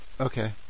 Okay